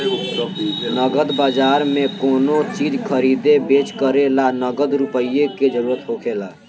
नगद बाजार में कोनो चीज खरीदे बेच करे ला नगद रुपईए के जरूरत होखेला